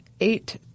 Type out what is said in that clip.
eight